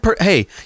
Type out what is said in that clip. Hey